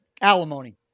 alimony